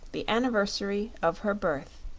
the anniversary of her birth.